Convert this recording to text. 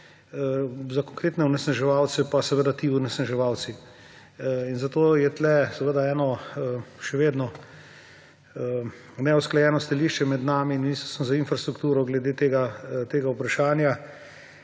za konkretne onesnaževalce pa seveda ti onesnaževalci. Zato je tukaj eno še vedno neusklajeno stališče med nami in Ministrstvom za infrastrukturo glede tega vprašanja.